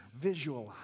visualize